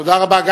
תודה רבה.